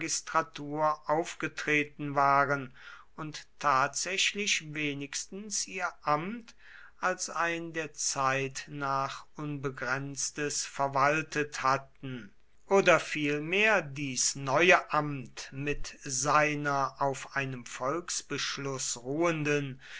magistratur aufgetreten waren und tatsächlich wenigstens ihr amt als ein der zeit nach unbegrenztes verwaltet hatten oder vielmehr dies neue amt mit seiner auf einem volksbeschluß ruhenden